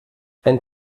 ein